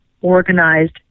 organized